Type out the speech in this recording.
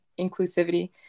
Inclusivity